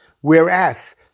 Whereas